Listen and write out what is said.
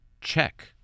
check